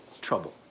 trouble